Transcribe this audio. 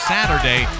Saturday